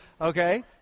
okay